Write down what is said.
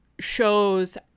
Shows